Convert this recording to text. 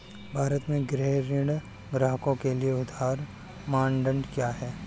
भारत में गृह ऋण ग्राहकों के लिए उधार मानदंड क्या है?